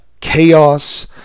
chaos